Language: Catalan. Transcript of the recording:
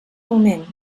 moment